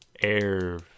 Air